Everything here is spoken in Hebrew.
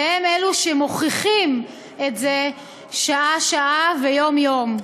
והם אלו שמוכיחים את זה שעה-שעה ויום-יום.